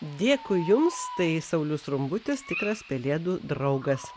dėkui jums tai saulius rumbutis tikras pelėdų draugas